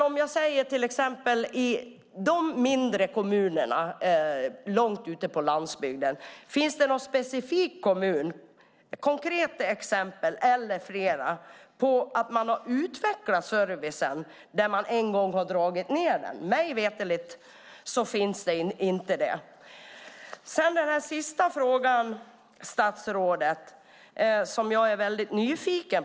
Om vi tar de mindre kommunerna långt ute på landsbygden, undrar jag: Finns det någon specifik kommun - jag vill gärna ha ett konkret exempel i så fall - där man utvecklat servicen när den en gång har dragits ned? Mig veterligt finns inte någon sådan kommun. När det gäller det sista som statsrådet sade i sitt svar blir jag nyfiken.